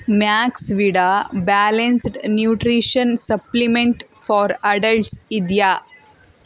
Maxvida balanced nutrition supplement for adults ಇದೆಯಾ